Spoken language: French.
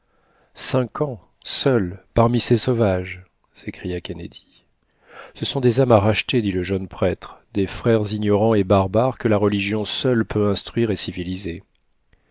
cinq ans seul parmi ces sauvages s'écria kennedy ce sont des âmes à racheter dit le jeune prêtre des frères ignorants et barbares que la religion seule peut instruire et civiliser